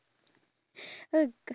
we've got